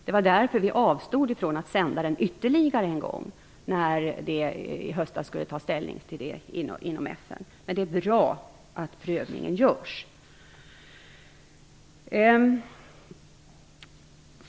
Det var därför vi avstod från att sända det ytterligare en gång i höstas när man skulle ta ställning inom FN. Det är bra att prövningen görs.